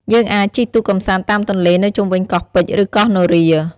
យើងអាចជិះទូកកម្សាន្តតាមទន្លេនៅជុំវិញកោះពេជ្រ ឬកោះនរា។